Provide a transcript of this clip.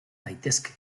daitezke